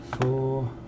four